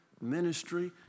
ministry